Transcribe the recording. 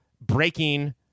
breaking